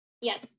yes